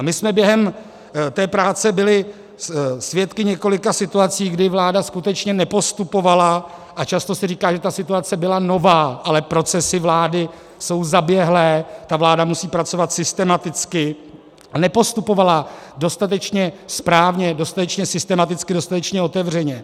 My jsme během té práce byli svědky několika situací, kdy vláda skutečně nepostupovala a často se říká, že ta situace byla nová, ale procesy vlády jsou zaběhlé, vláda musí pracovat systematicky nepostupovala dostatečně správně, dostatečně systematicky, dostatečně otevřeně.